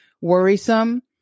worrisome